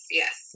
yes